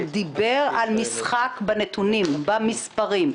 דיבר על משחק בנתונים במספרים.